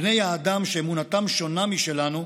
בני האדם שאמונתם שונה משלנו,